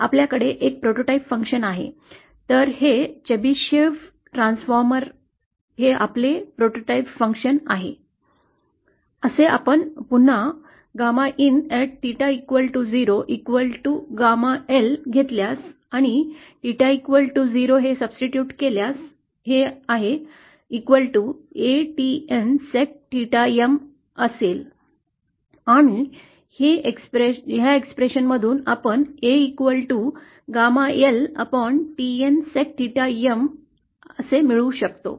आपल्याकडे एक prototype function आहे तर हे चेबिसिव्ह ट्रान्सफॉर्मर हे आपले प्रोटोटाइप फंक्शन आहे जसे आपण पुन्हा γ in 𝚹0 γL घेतल्यास आणि 𝚹0 हे substitute केल्यास A TN sec 𝚹 M असेल आणि ही अभिव्यक्ती ज्यामधून आपण A γ L TN sec 𝚹 M मिळवू शकतो